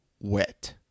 wet